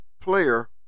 player